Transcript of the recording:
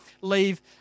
leave